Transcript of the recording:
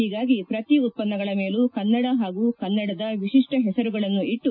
ಹಿಗಾಗಿ ಪ್ರತಿ ಉತ್ಪನ್ನಗಳ ಮೇಲೂ ಕನ್ನಡ ಹಾಗೂ ಕನ್ನಡದ ವಿತಿಷ್ಣ ಹೆಸರುಗಳನ್ನು ಇಟ್ಟು